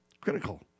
Critical